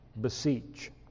beseech